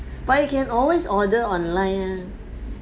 but you can always order online ah